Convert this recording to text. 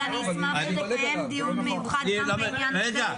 יש לך --- ואני אשמח שנקיים דיון מיוחד גם בעניין הזה.